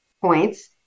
points